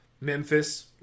Memphis